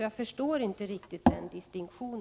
Jag förstår därför inte denna distinktion.